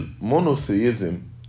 monotheism